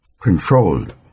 controlled